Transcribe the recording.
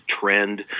trend